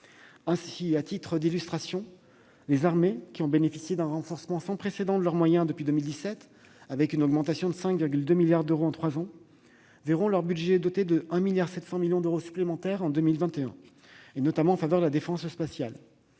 Ainsi, à titre d'illustration, les armées, qui ont bénéficié d'un renforcement sans précédent de leurs moyens depuis 2017 avec une augmentation de 5,2 milliards d'euros en trois ans, verront leur budget doté de 1,7 milliard d'euros supplémentaires en 2021, notamment en faveur de la défense spatiale.